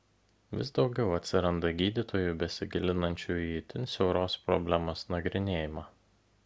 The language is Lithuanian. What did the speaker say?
vis daugiau atsiranda gydytojų besigilinančių į itin siauros problemos nagrinėjimą